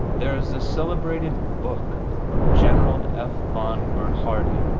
there is the celebrated book of general f. von bernhardi.